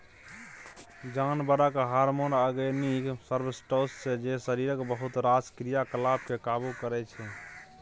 जानबरक hormone organic substance छै जे शरीरक बहुत रास क्रियाकलाप केँ काबु करय छै